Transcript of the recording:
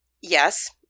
yes